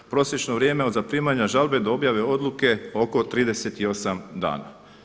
Prosječno vrijeme od zaprimanja žalbe do objave odluke oko 38 dana.